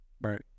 Right